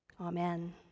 Amen